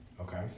Okay